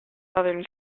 southern